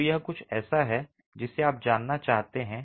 तो यह कुछ ऐसा है जिसे आप जानना चाहते हैं